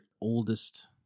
oldest